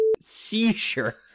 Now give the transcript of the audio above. seizure